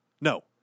No